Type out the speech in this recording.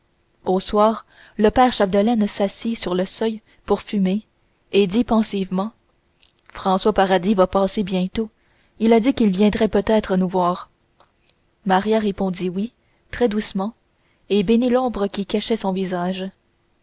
au soir le père chapdelaine s'assit sur le seuil pour fumer et dit pensivement françois paradis va passer bientôt il a dit qu'il viendrait peut-être nous voir maria répondit oui très doucement et bénit l'ombre qui cachait son visage